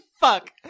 Fuck